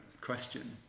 question